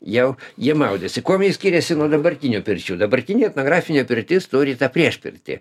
jau jie maudėsi kuom skiriasi nuo dabartinių pirčių dabartinė etnografinė pirtis turi tą priešpirtį